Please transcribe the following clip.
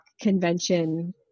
convention